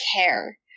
care